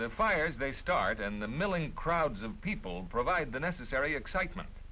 the fires they start in the milling crowds of people provide the necessary excitement